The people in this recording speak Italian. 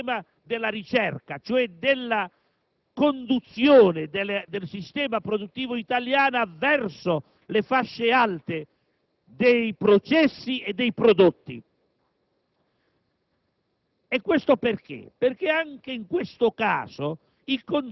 norme che seriamente si pongano il problema della ricerca, cioè della conduzione del sistema produttivo italiano verso le fasce alte dei processi e dei prodotti,